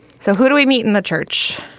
so who do we meet in the church?